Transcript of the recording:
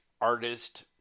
artist